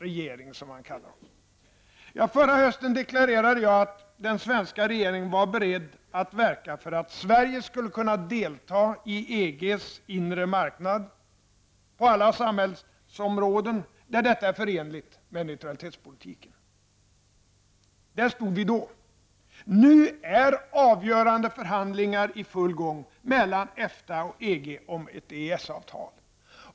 Förra hösten deklarerade jag att den svenska regeringen var beredd att verka för att Sverige skulle kunna delta i EGs inre marknad på alla samhällsområden där detta är förenligt med neutralitetspolitiken. Där stod vi då. Nu är avgörande förhandlingar i full gång mellan EFTA och EG om ett EES-avtal.